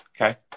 Okay